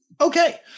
okay